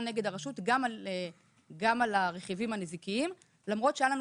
נגד הרשות גם על הרכיבים הנזיקיים למרות שהיה לנו